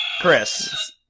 Chris